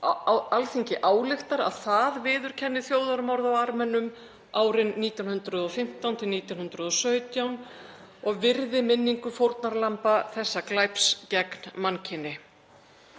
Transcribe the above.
„Alþingi ályktar að það viðurkenni þjóðarmorð á Armenum árin 1915–1917 og virði minningu fórnarlamba þess glæps gegn mannkyni.“